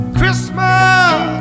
Christmas